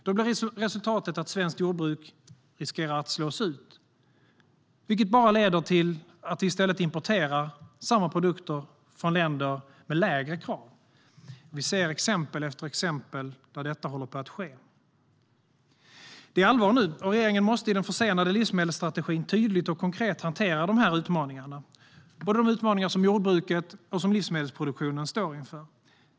Då blir resultatet att svenskt jordbruk riskerar att slås ut, vilket bara leder till att vi i stället importerar samma produkter från länder med lägre krav. Vi ser exempel efter exempel där detta håller på att ske. Det är allvar nu. Regeringen måste i den försenade livsmedelsstrategin tydligt och konkret hantera de utmaningar som både jordbruket och livsmedelsproduktionen står inför.